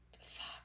Fuck